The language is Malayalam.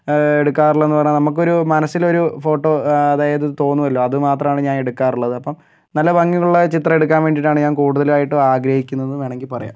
ഏടുക്കാറുള്ളതെന്ന് പറഞ്ഞാൽ നമുക്കൊരു മനസ്സിലൊരു ഫോട്ടോ അതായത് തോന്നുവല്ലൊ അത് മാത്രാണ് ഞാൻ എടുക്കാറുള്ളത് അപ്പം നല്ല ഭംഗിയുള്ള ചിത്രം എടുക്കാൻ വേണ്ടിയിട്ടാണ് ഞാൻ കൂടുത്തതലുവായിട്ട് ആഗ്രഹിക്കുന്നതെന്ന് വേണമെങ്കിൽ പറയാം